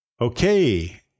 okay